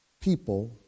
people